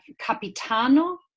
Capitano